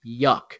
yuck